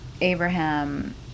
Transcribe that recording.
Abraham